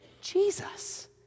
Jesus